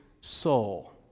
soul